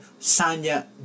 Sanya